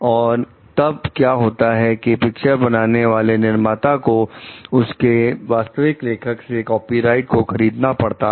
और तब क्या होता है की पिक्चर बनाने वाले निर्माता को उसके वास्तविक लेखक से कॉपीराइट को खरीदना पड़ता है